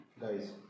guys